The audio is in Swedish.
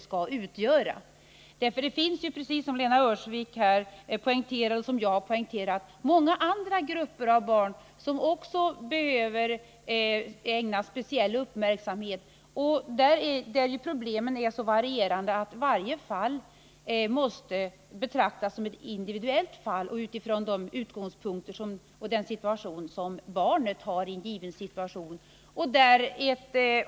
Som Lena Öhrsvik poängterade — och som jag också har poängterat — finns det många andra grupper av barn som också behöver ägnas uppmärksamhet och vilkas problem är så varierande att varje fall måste betraktas individuellt och med utgångspunkt från den situation som barnet befinner sig i.